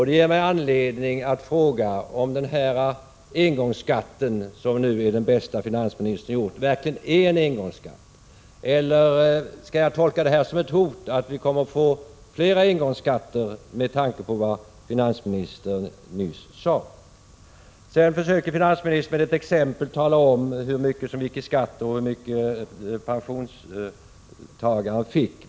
Det ger mig anledning att fråga: Är den här engångsskatten, som finansministern nu föreslagit, verkligen en engångsskatt, eller skall vi tolka vad finansministern nyss sade som ett hot om att vi kommer att få fler engångsskatter? Sedan försöker finansministern med ett exempel tala om hur mycket som = Prot. 1986/87:48 gick i skatt och hur mycket pensionstagaren fick.